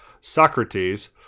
Socrates